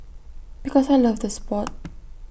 because I loved the Sport